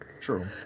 True